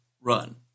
run